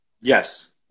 Yes